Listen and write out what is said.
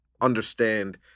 understand